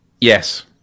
Yes